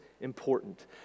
important